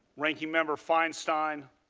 ranking member feinstein,